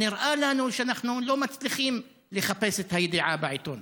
נראה לנו שאנחנו לא מצליחים לחפש את הידיעה בעיתון.